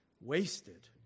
wasted